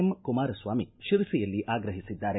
M Kumaraswamy ಶಿರಸಿಯಲ್ಲಿ ಆಗ್ರಹಿಸಿದ್ದಾರೆ